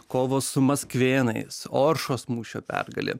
kovos su maskvėnais oršos mūšio pergalė